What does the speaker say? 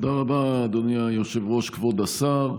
תודה רבה, אדוני היושב-ראש, כבוד השר.